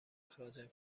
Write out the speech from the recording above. اخراجم